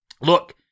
Look